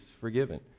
forgiven